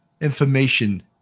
information